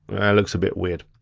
looks a bit weird.